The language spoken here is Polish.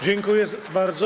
Dziękuję bardzo.